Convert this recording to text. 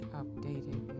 updated